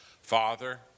Father